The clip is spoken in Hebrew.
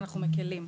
אנחנו מקלים.